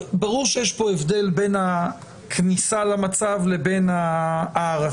ברור שיש פה הבדל בין הכניסה למצב לבין ההארכות.